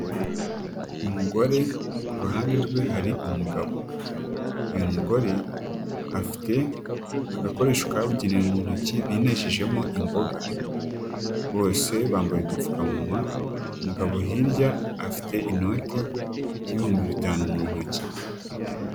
Umugore ku ruhande rwe hari umugabo. Uyu mugore afite agakoresho kabugenewe mu ntoki bamejejemo imboga. Bose bambaye udupfukamunwa, umugabo hirya afite inoti y'ibihumbi bitanu mu ntoki.